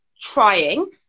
trying